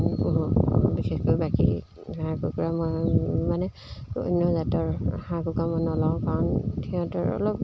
বিশেষকৈ বাকী হাঁহ কুকুৰা মই মানে অন্য জাতৰ হাঁহ কুকুৰা মই নলওঁ কাৰণ সিহঁতৰ অলপ